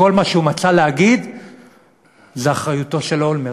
וכל מה שהוא מצא להגיד: זו אחריותו של אולמרט.